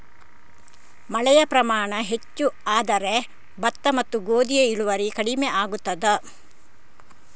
ಮಳೆಯ ಪ್ರಮಾಣ ಹೆಚ್ಚು ಆದರೆ ಭತ್ತ ಮತ್ತು ಗೋಧಿಯ ಇಳುವರಿ ಕಡಿಮೆ ಆಗುತ್ತದಾ?